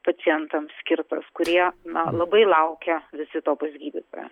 pacientam skirtas kurie na labai laukia vizito pas gydytoją